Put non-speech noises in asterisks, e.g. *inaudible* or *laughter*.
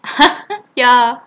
*laughs* ya